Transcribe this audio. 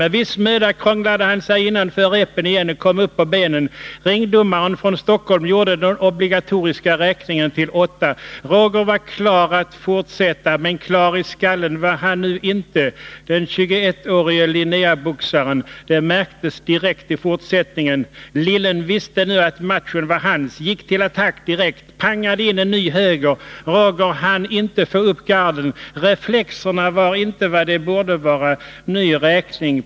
Med viss möda krånglade han sig innanför repen igen, kom upp på benen. Ringdomaren ——-—- från Stockholm gjorde den obligatoriska räkningen till 8. Roger var klar att fortsätta. Men klar i skallen var han nu inte, den 21-årige Linnéaboxaren. Det märktes direkt i fortsättningen. Lillen” visste nu att matchen var hans. Gick till attack direkt. Pangade in en ny höger. Roger hann inte få upp garden. Reflexerna var inte vad de borde vara. Ny räkning.